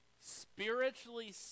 Spiritually